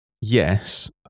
yes